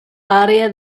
área